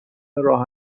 راه